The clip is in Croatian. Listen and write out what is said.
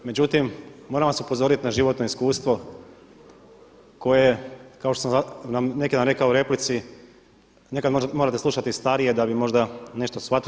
Međutim, moram vas upozoriti na životno iskustvo koje kao što sam neki dan rekao u replici, nekada morate slušati i starije da bi možda nešto shvatili.